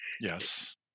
Yes